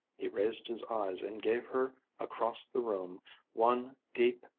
he raised his eyes and gave her across the room one deep,